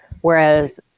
Whereas